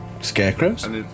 scarecrows